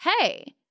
hey